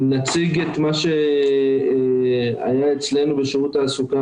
נציג את מה שהיה אצלנו בשירות התעסוקה